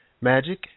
magic